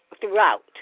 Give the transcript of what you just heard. throughout